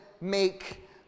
make